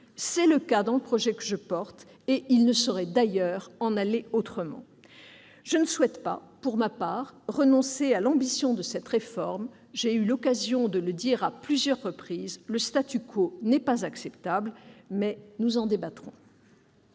C'est le cas dans le projet que je porte et il ne saurait en aller autrement. Je ne souhaite pas pour ma part renoncer à l'ambition de cette réforme. Comme je l'ai souligné à plusieurs reprises, le n'est pas acceptable. Mais nous en débattrons.